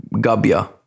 Gabia